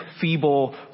feeble